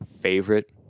favorite